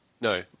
No